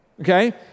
okay